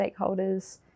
stakeholders